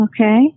Okay